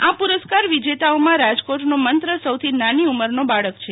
આ પુરસ્કાર વિજેતાઓમાં રાજકોટનો મંત્ર સૌની નાની ઉમરનો બાળક છે